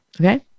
Okay